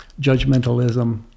judgmentalism